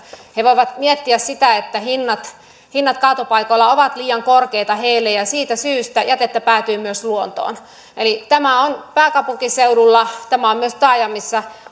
he voivat miettiä sitä että hinnat hinnat kaatopaikoilla ovat liian korkeita heille ja siitä syystä jätettä päätyy myös luontoon eli tämä on pääkaupunkiseudulla tämä on myös taajamissa